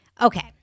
okay